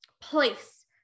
place